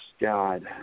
God